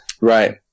Right